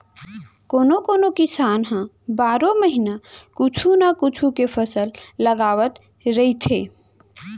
कोनो कोनो किसान ह बारो महिना कुछू न कुछू के फसल लगावत रहिथे